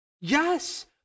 yes